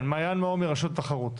מעיין מור מרשות התחרות.